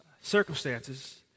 circumstances